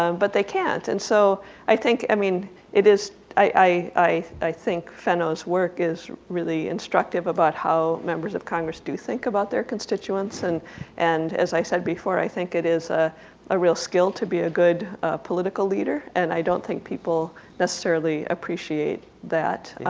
um but they can't and so i think i mean it is i i i think fennow's work is really instructive about how member of congress do think about their constituents and and as i said before i think it is ah a real skill to be a good political leader. and i don't think people necessarily appreciate that.